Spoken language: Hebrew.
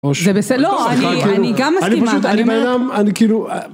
זה בסל... לא, אני... אני גם מסכימה, אני מנהל...